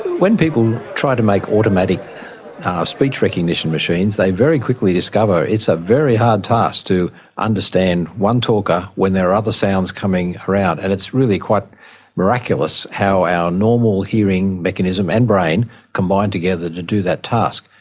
when people try to make automatic speech recognition machines they very quickly discover it's a very hard task to understand one talker when there are other sounds coming around, and it's really quite miraculous how our normal hearing mechanism and brain combine together to do that task.